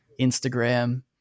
Instagram